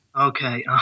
Okay